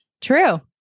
True